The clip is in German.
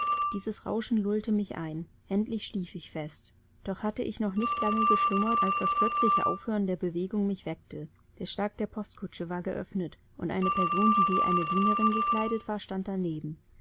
dieses rauschen lullte mich ein endlich schlief ich fest doch hatte ich noch nicht lange geschlummert als das plötzliche aufhören der bewegung mich weckte der schlag der postkutsche war geöffnet und eine person die wie eine dienerin gekleidet war stand daneben